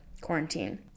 quarantine